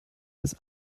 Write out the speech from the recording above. das